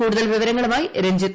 കൂടുതൽ വിവരങ്ങളുമായി രഞ്ജിത്ത്